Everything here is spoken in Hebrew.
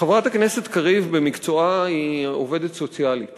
חברת הכנסת קריב במקצועה היא עובדת סוציאלית